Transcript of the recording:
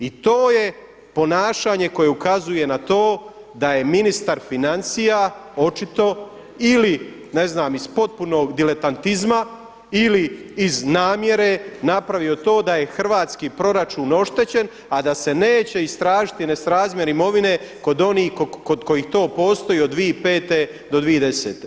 I to je ponašanje koje ukazuje na to da je ministar financija očito ili ne znam iz potpunog diletantizma ili iz namjere napravio to da je hrvatski proračun oštećen, a da se neće istražiti nesrazmjer imovine kod onih kod kojih to postoji od 2005. do 2010.